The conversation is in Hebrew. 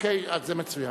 אז זה מצוין.